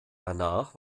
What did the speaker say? danach